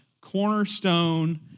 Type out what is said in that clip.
cornerstone